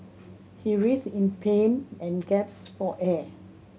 he writhed in pain and gasped for air